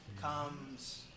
comes